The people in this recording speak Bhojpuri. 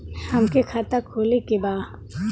हमके खाता खोले के बा?